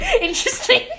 interesting